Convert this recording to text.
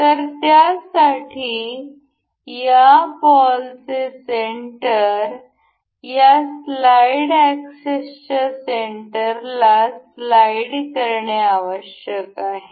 तर त्यासाठी या बॉलचे सेंटर या स्लाइड एक्सेसच्या सेंटरला स्लाईड करणे आवश्यक आहे